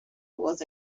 was